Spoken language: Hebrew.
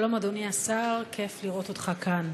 שלום, אדוני השר, כיף לראות אותך כאן.